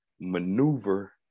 maneuver